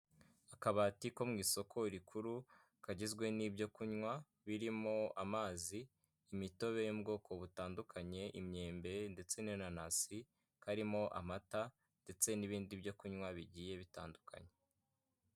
Akabati ko mu isoko rikuru, kagizwe n'ibyo kunywa birimo amazi imitobe y'ubwoko butandukanye, imyembe ndetse n'inanasi, karimo amata ndetse n'ibindi byo kunywa bigiye bitandukanye.